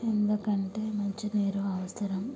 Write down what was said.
ఎందుకంటే మంచినీరు అవసరం